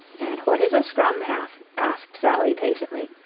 and what is a scrum-half? asked sally, patiently.